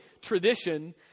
tradition